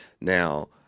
Now